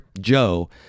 joe